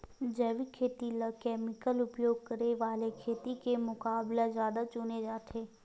जैविक खेती ला केमिकल उपयोग करे वाले खेती के मुकाबला ज्यादा चुने जाते